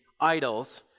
idols